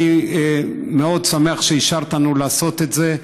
אני מאוד שמח שאישרת לנו לעשות את זה.